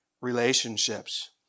relationships